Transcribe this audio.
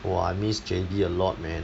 !wah! I miss J_B a lot man